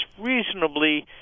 reasonably